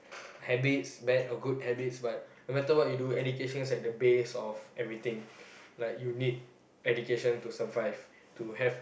habits bad or good habits but no matter what you do education is like the base of everything like you need education to survive to have